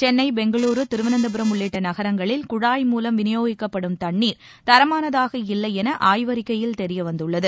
சென்னை பெங்களுரு திருவனந்தபுரம் உள்ளிட்ட நகரங்களில் குழாய் மூலம் விநியோகிக்கப்படும் தண்ணீர் தரமானதாக இல்லையென ஆய்வறிக்கையில் தெரிய வந்துள்ளது